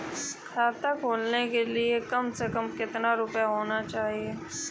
खाता खोलने के लिए कम से कम कितना रूपए होने चाहिए?